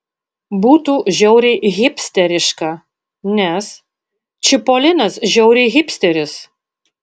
būtų žiauriai hipsteriška nes čipolinas žiauriai hipsteris